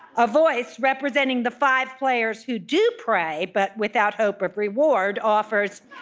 a voice representing the five players who do pray, but without hope of reward, offers,